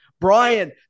Brian